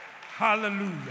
Hallelujah